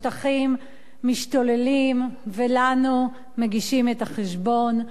בשטחים משתוללים, ולנו מגישים את החשבון.